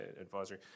Advisory